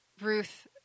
Ruth